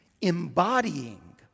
embodying